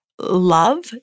love